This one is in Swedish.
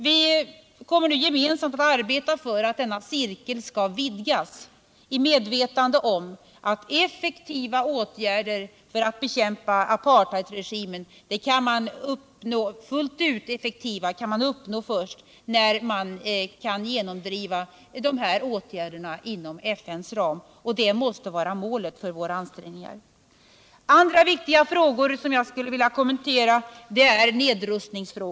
Vi kommer nu att gemensamt arbeta för att denna cirkel skall vidgas i medvetande om att fullt ut effektiva åtgärder för att bekämpa apartheidregimen kan uppnås först när man kan genomdriva dessa åtgärder inom FN:s ram — och det måste vara målet för våra ansträngningar. Andra viktiga frågor som jag skulle vilja kommentera gäller nedrustning.